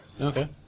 Okay